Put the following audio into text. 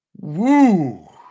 Woo